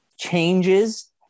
changes